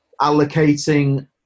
allocating